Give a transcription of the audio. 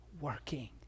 working